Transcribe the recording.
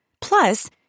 Plus